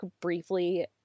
briefly